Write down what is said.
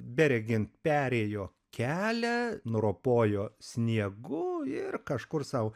beregint perėjo kelią nuropojo sniegu ir kažkur sau